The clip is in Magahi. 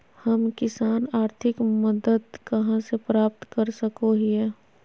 हम किसान आर्थिक मदत कहा से प्राप्त कर सको हियय?